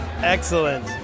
Excellent